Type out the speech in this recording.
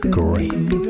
great